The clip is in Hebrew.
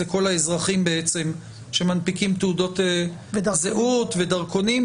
זה כל האזרחים בעצם שמנפיקים תעודות זהות ודרכונים,